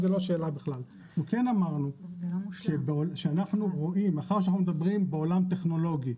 אמרנו שאנחנו מדברים בעולם טכנולוגי,